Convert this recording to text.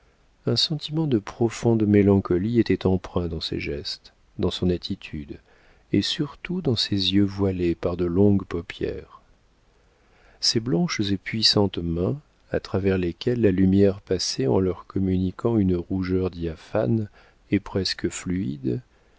un sentiment de profonde mélancolie était empreint dans ses gestes dans son attitude et surtout dans ses yeux voilés par de longues paupières ses blanches et puissantes mains à travers lesquelles la lumière passait en leur communiquant une rougeur diaphane et presque fluide